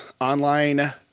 online